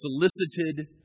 solicited